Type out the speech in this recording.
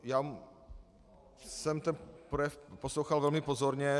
Já jsem ten projev poslouchal velmi pozorně.